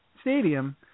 stadium